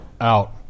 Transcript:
Out